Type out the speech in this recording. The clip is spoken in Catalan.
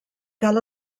cal